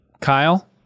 Kyle